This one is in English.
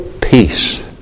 peace